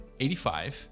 85